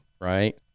right